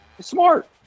Smart